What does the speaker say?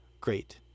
great